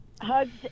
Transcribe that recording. Hugs